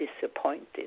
disappointed